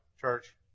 church